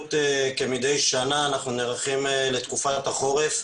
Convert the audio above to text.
היערכות מדי שנה כאשר אנחנו נערכים לתקופת החורף.